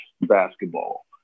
basketball